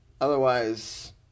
Otherwise